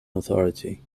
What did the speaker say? authority